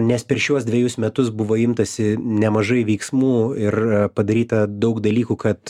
nes per šiuos dvejus metus buvo imtasi nemažai veiksmų ir padaryta daug dalykų kad